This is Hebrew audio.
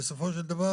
בסופו של דבר